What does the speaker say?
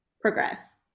progress